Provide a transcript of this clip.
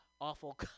awful